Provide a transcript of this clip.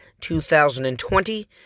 2020